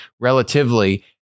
relatively